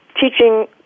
teaching